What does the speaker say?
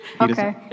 Okay